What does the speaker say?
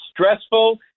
stressful